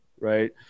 right